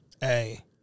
Hey